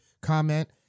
comment